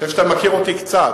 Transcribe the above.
אני חושב שאתה מכיר אותי קצת.